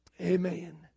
Amen